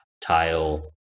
tile